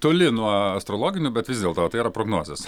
toli nuo astrologinių bet vis dėlto tai yra prognozės